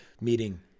meeting